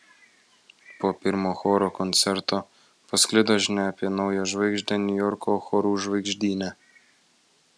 po pirmo choro koncerto pasklido žinia apie naują žvaigždę niujorko chorų žvaigždyne